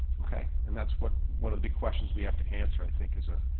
okay. and that's what one of the questions we have to answer. i think as a,